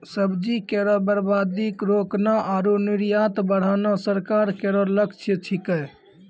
सब्जी केरो बर्बादी रोकना आरु निर्यात बढ़ाना सरकार केरो लक्ष्य छिकै